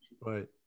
Right